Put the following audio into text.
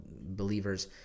believers